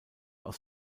aus